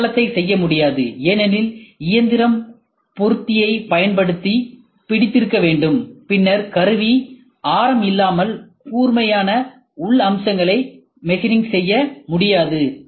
அடி தளத்தை செய்ய முடியாது ஏனெனில் இயந்திரம் பொருத்தியை பயன்படுத்தி பிடித்திருக்க வேண்டும் பின்னர் கருவி ஆரம் இல்லாமல் கூர்மையான உள் அம்சங்களை மெஷினிங் செய்ய முடியாது